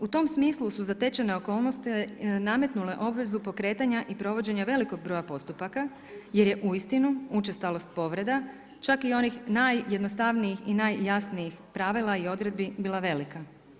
U tom smislu su zatečene okolnosti nametnule obvezu pokretanja i provođenja velikog broja postupaka, jer je uistinu učestalost povreda čak i onih najjednostavnijih i najjasnijih pravila i odredbi bila velika.